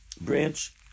branch